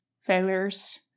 failures